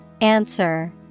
Answer